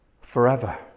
forever